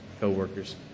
coworkers